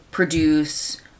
Produce